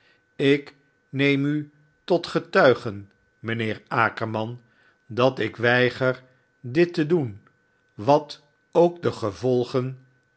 ik neem u tot getuige mijnheer akerman dat ik weiger dit te doen wat ook de givolgen